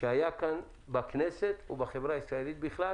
שהיה בכנסת ובחברה הישראלית בכלל